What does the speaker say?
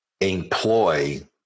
employ